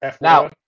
Now